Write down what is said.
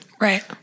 Right